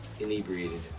inebriated